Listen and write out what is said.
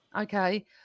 Okay